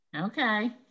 Okay